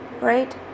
right